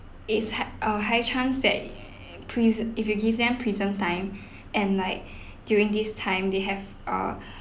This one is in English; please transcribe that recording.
it's high uh high chance that pris~ if you give them prison time and like during this time they have uh